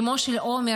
אימו של עומר,